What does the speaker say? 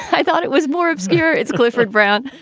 i thought it was more obscure. it's clifford brown.